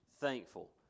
thankful